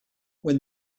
when